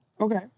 Okay